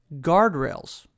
Guardrails